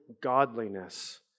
godliness